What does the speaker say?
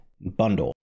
Bundle